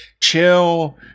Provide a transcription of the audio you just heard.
chill